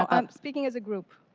um um speaking as a group.